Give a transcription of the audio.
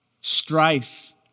Strife